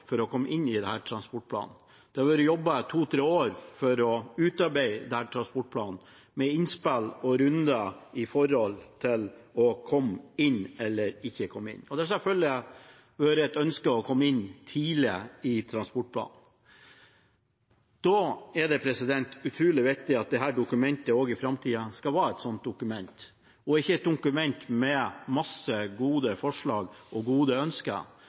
for å komme inn i denne transportplanen. Det har vært jobbet to–tre år for å utarbeide planen med innspill og runder for å komme inn eller ikke komme inn, og det har selvfølgelig vært et ønske å komme tidlig inn i transportplanen. Da er det utrolig viktig at dette også i framtiden skal være et sånt dokument, og ikke bare et dokument med masse gode forslag og gode ønsker.